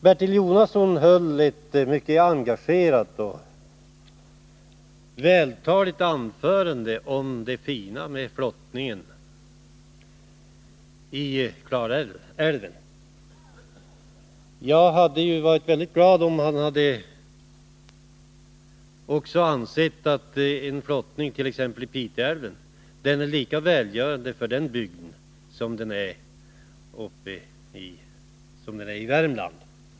Bertil Jonasson höll ett mycket engagerat och vältaligt anförande om det fina med flottningen i Klarälven. Jag hade varit väldigt glad om han hade ansett att flottning t.ex. i Pite älv är lika välgörande för den bygden som flottningen är i Värmland.